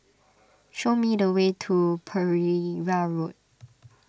show me the way to Pereira Road